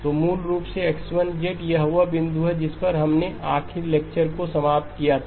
तो मूल रूप से X1 यह वह बिंदु है जिस पर हमने आखिरी लेक्चर को समाप्त किया था